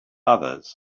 others